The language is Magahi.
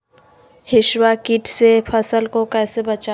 हिसबा किट से फसल को कैसे बचाए?